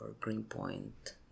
greenpoint